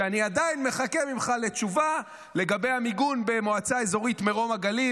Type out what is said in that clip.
ואני עדיין מחכה ממך לתשובה לגבי המיגון במועצה אזורית מרום הגליל.